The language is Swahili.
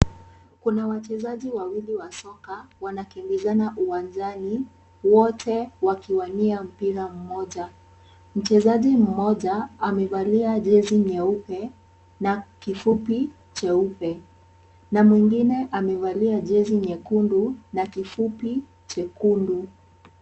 Kuna wachezaji wawili wa soka wana kimbizana uwanjani, wote wakiwania mpira mmoja. Mchezaji mmoja amevalia jezi nyeupe, na kifupi cheupe. Na mwingine amevalia jezi nyekundu, na kifupi chekundu.